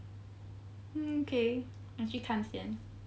hmm okay 我去看先